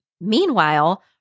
Meanwhile